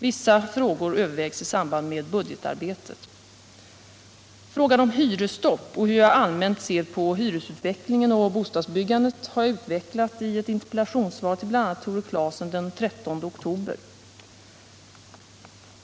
Vissa frågor övervägs i samband med budgetarbetet. Frågan om hyresstopp och hur jag allmänt ser på hyresutvecklingen och bostadsbyggandet har jag utvecklat i ett interpellationssvar till bl.a. Tore Claeson den 13 oktober.